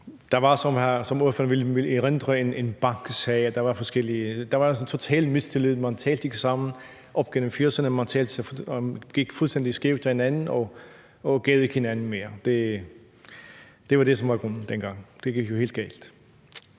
Der var, som ordføreren vil erindre, en banksag. Der var en total mistillid, man talte ikke sammen op gennem 1980'erne. Man gik fuldstændig skævt af hinanden og gad ikke hinanden mere. Det var det, som var grunden dengang. Det gik jo helt galt.